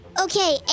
Okay